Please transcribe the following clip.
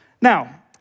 Now